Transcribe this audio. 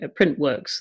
Printworks